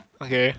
okay